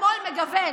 השמאל מגוון,